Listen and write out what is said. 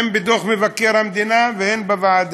הן בדוח מבקר המדינה והן בוועדה.